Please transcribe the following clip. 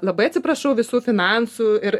labai atsiprašau visų finansų ir